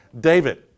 David